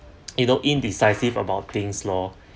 you know indecisive about things lor